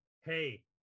hey